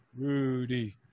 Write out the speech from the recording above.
Rudy